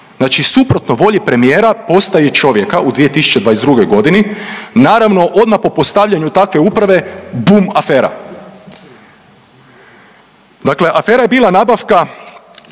znači suprotno volji premijera postavi čovjeka u 2022.g.. Naravno odma po postavljanju takve uprave bum afera, dakle afera je bila nabavka